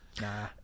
nah